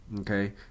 okay